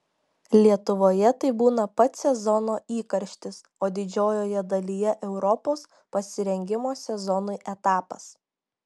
lietuvoje tai būna pats sezono įkarštis o didžiojoje dalyje europos pasirengimo sezonui etapas